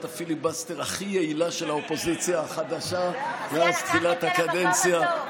הפיליבסטר הכי יעילה של האופוזיציה החדשה מאז תחילת הקדנציה.